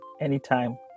Anytime